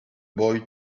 boy